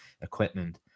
equipment